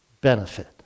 benefit